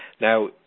Now